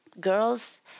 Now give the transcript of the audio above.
girls